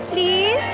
the